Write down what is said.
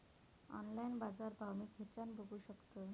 Online बाजारभाव मी खेच्यान बघू शकतय?